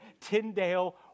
Tyndale